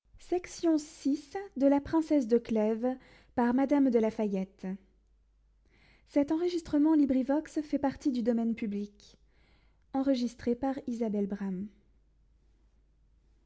of la princesse de clèves